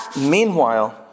Meanwhile